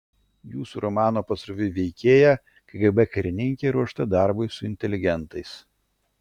jūsų romano pasroviui veikėja kgb karininkė ruošta darbui su inteligentais